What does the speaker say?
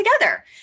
together